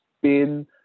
spin